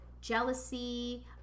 jealousy